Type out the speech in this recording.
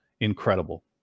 incredible